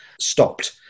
stopped